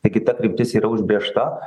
taigi ta kryptis yra užbrėžta